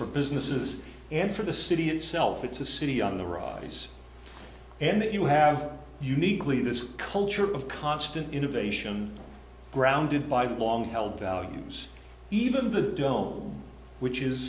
for businesses and for the city itself it's a city on the rise and that you have uniquely this culture of constant innovation grounded by the long held values even the dome which is